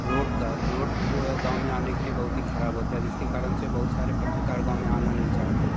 road का road जो है गाँव में आने के लिए बहुत ही ख़राब होती है जिसके कारण से बहुत सारे पत्रकार गाँव में आना नहीं चाहते हैं